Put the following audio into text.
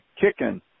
kicking